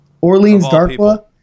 Orleans-Darkwa